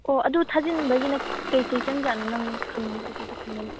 ꯑꯣ ꯑꯗꯨ ꯊꯥꯖꯟꯕꯒꯤ ꯀꯔꯤ ꯀꯔꯤ ꯆꯪꯕꯖꯥꯠꯅꯣ ꯅꯪ ꯈꯪꯕ꯭ꯔꯥ ꯑꯗꯨ ꯗꯣꯀꯨꯃꯦꯟ